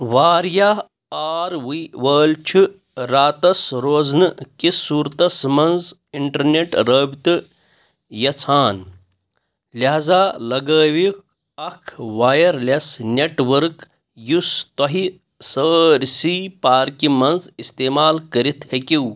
وارِیاہ R V وٲلۍ چھِ راتس روزنہٕ كِس صورتس منٛز اِنٹرنیٹ رٲبطہٕ یژھان لہاذا لگٲوِو اكھ وایر لی٘س نیٹ ؤرک یُس تۄہہِ سٲرسٕے پاركہِ منز استعمال كٔرِتھ ہیكِو